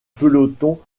peloton